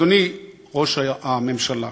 אדוני ראש הממשלה,